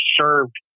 served